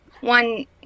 one